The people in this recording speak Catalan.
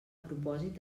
propòsit